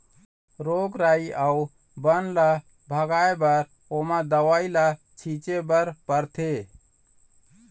रोग राई अउ बन ल भगाए बर ओमा दवई ल छिंचे बर परथे